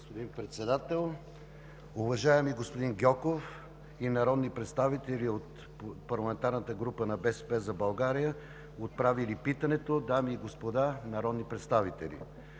господин Председател. Уважаеми господин Гьоков и народни представители от парламентарната група на „БСП за България“, отправили питането, дами и господа народни представители!